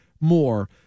more